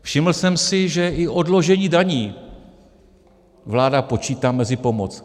Všiml jsem si, že i odložení daní vláda počítá mezi pomoc.